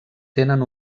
tenen